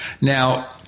Now